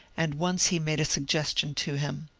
and once he made a suggestion to him.